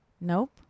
Nope